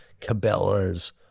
cabela's